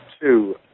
Two